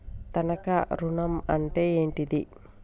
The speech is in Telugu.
తనఖా ఋణం అంటే ఏంటిది?